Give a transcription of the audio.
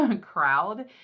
crowd